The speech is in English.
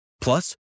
Plus